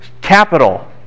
capital